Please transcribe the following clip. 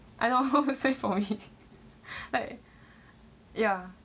I know what say for me like ya